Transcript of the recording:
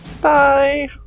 Bye